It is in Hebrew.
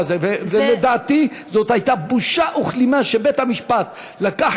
ולדעתי זו הייתה בושה וכלימה שבית-המשפט לקח